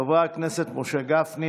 חברי הכנסת משה גפני,